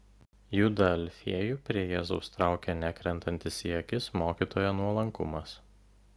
judą alfiejų prie jėzaus traukė nekrentantis į akis mokytojo nuolankumas